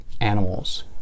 animals